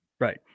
Right